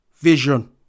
Vision